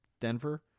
Denver